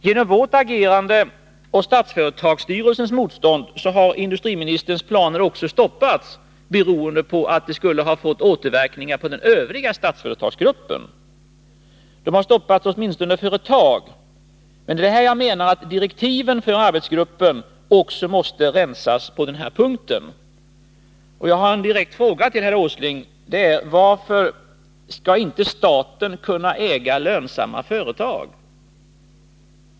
Genom vårt agerande och Statsföretags styrelses motstånd har industriministerns planer också stoppats — det skulle ha fått återverkningar på den övriga Statsföretagssektorn — åtminstone för ett tag. Men här menar jag att direktiven för arbetsgruppen också måste rensas på den punkten. Jag har en direkt fråga till herr Åsling: Varför skall inte staten kunna äga lönsamma företag?